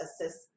assist